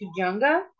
Tujunga